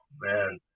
Man